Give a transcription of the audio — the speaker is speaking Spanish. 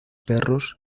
perros